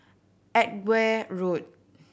Edgware Road